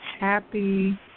happy